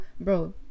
bro